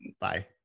Bye